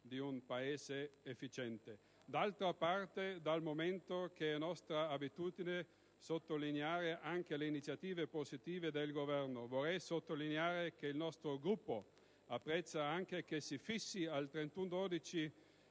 di un Paese efficiente. D'altra parte, dal momento che è nostra abitudine evidenziare anche le iniziative positive del Governo, vorrei sottolineare che il nostro Gruppo apprezza anche che si fissi al 31